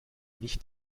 nicht